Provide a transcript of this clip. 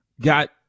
got